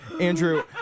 Andrew